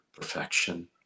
perfection